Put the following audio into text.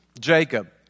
Jacob